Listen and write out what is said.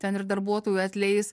ten ir darbuotojų atleis